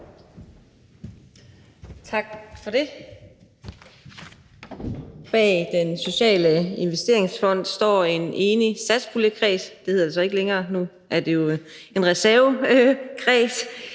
Tak for det. Bag Den Sociale Investeringsfond står en enig satspuljekreds – det hedder det så ikke længere, nu er det jo en reservekreds